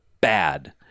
bad